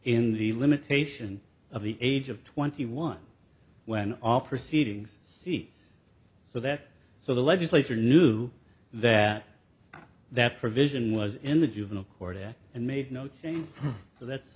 in the limitation of the age of twenty one when all proceedings see so that so the legislature knew that that provision was in the juvenile court and made notes so that's